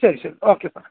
ശരി ശരി okay sir